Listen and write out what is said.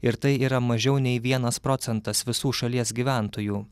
ir tai yra mažiau nei vienas procentas visų šalies gyventojų